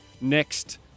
next